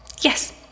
yes